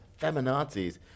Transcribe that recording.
feminazis